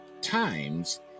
times